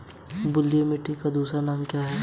बलुई मिट्टी का दूसरा नाम क्या है?